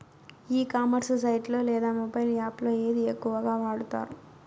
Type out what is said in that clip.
E commerce site లో లేదా mobile app లో ఏది ఎక్కువగా వాడుతారు?